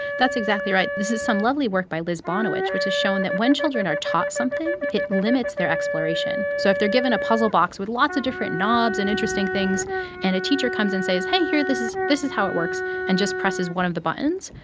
that's exactly right. right. this is some lovely work by liz bonawitz, which has shown that when children are taught something, it limits their exploration. so if they're given a puzzle box with lots of different knobs and interesting things and a teacher comes and says, hey, here, this is this is how it works, and just presses one of the buttons,